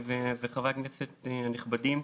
חברי הכנסת הנכבדים,